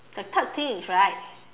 the third thing is right